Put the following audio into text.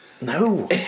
No